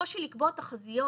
הקושי לקבוע תחזיות